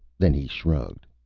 then he shrugged.